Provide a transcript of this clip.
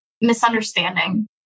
misunderstanding